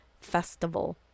Festival